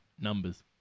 Numbers